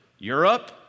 Europe